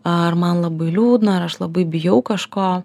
ar man labai liūdna ar aš labai bijau kažko